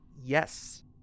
Yes